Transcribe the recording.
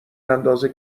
اندازه